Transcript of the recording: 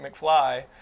McFly